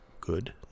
good